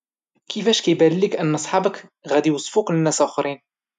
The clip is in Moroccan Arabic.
كفاش كيبالك ان صحابك غادي يوصفوك لناس اخرين؟